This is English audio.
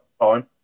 time